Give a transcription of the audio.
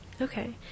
Okay